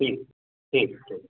ठीक ठीक ठी